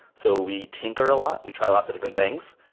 so we tinker a lot. we try lots of different things,